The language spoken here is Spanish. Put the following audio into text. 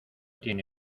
tiene